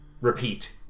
repeat